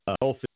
health